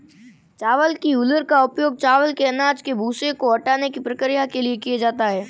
चावल की हूलर का उपयोग चावल के अनाज के भूसे को हटाने की प्रक्रिया के लिए किया जाता है